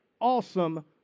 awesome